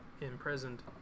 imprisoned